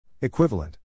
Equivalent